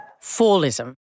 Fallism